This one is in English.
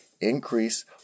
increase